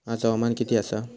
आज हवामान किती आसा?